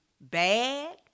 bad